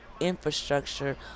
infrastructure